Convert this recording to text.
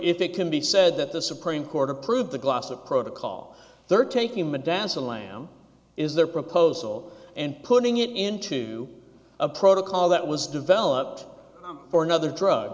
if it can be said that the supreme court approved the glossop protocol they're taking modafinil lamb is their proposal and putting it into a protocol that was developed for another drug